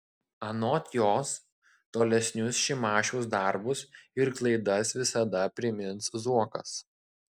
anot jos tolesnius šimašiaus darbus ir klaidas visada primins zuokas